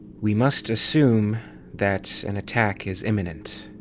we must assume that an attack is imminent.